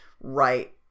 right